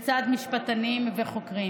לצד משפטנים וחוקרים.